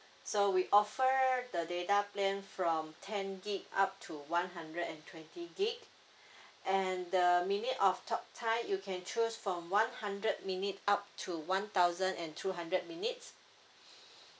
so we offer the data plan from ten gb up to one hundred and twenty gb and the minute of talk time you can choose from one hundred minute up to one thousand and two hundred minutes